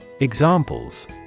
Examples